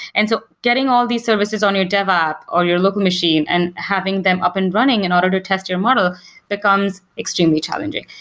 and so getting all these services on your dev op or your local machine and having them up and running in order to test your model becomes extremely challenging.